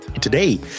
Today